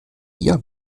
ihr